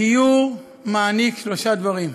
הגיור מעניק שלושה דברים: